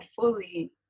fully